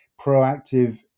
proactive